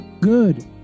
good